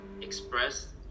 express